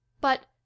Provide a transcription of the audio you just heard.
But